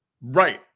Right